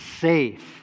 Safe